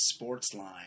Sportsline